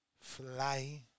fly